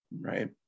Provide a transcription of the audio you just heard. Right